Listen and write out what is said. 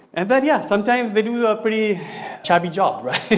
and but yeah, sometimes they do the pretty chubby job right?